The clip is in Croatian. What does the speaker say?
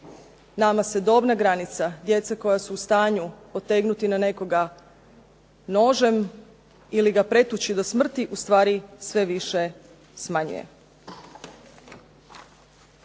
Nama se dobna granica djece koja su u stanju potegnuti na nekoga nožem ili ga pretući do smrti ustvari sve više smanjuje.